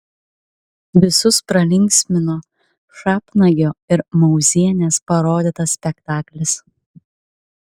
visus pralinksmino šapnagio ir mauzienės parodytas spektaklis